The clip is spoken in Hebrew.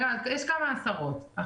יש כמה עשרות.